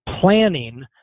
planning